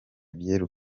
byeruye